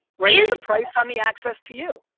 raise the price on the access to you.